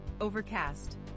Overcast